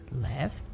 left